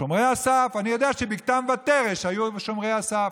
שומרי הסף, אני יודע שבגתן ותרש היו שומרי הסף.